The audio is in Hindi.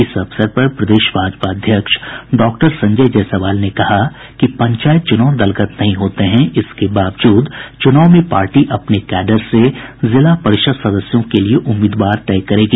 इस अवसर पर प्रदेश भाजपा अध्यक्ष डॉक्टर संजय जायसवाल ने कहा कि पंचायत चुनाव दलगत नहीं होते हैं इसके बावजूद चुनाव में पार्टी अपने कैडर से जिला परिषद सदस्यों के लिए उम्मीदवार तय करेगी